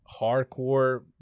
hardcore